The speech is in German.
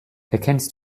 erkennst